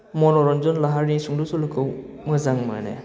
मन'रन्जन लाहारि सुंद' सल'खौ मोजां मोनो